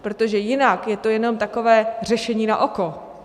Protože jinak je to jenom takové řešení na oko.